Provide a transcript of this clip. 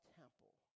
temple